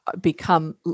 become